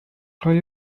های